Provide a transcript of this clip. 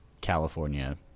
California